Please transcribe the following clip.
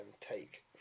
take